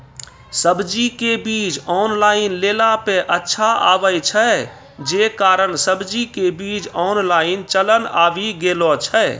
सब्जी के बीज ऑनलाइन लेला पे अच्छा आवे छै, जे कारण सब्जी के बीज ऑनलाइन चलन आवी गेलौ छै?